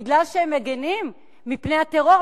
בגלל שהם מגינים מפני הטרור,